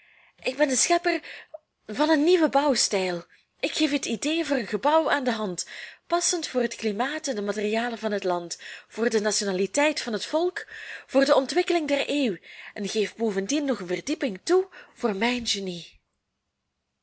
ik ben de schepper van een nieuwen bouwstijl ik geef het idee voor een gebouw aan de hand passend voor het klimaat en de materialen van het land voor de nationaliteit van het volk voor de ontwikkeling der eeuw en geef bovendien nog een verdieping toe voor mijn genie